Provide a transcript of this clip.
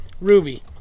Ruby